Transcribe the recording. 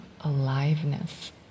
aliveness